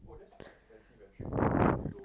!wah! that's quite expensive leh three for a condo